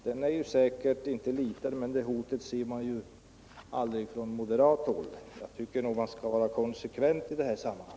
Den är säkert inte liten, men det hotet ser man aldrig från moderat håll. Jag tycker att man skall vara konsekvent i de här sammanhangen.